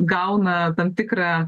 gauna tam tikrą